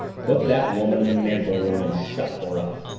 put that woman in the mantel-room and shut her up!